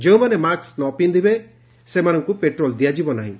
ଯେଉଁ ମାନେ ମାସ୍କ ନ ପିନ୍ଧି ଆସିବେ ସେମାନଙ୍କୁ ପେଟ୍ରୋଲ ଦିଆ ଯିବ ନାହିଁ